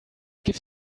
gives